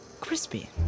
crispy